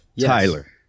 Tyler